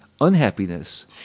unhappiness